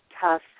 tough